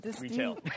retail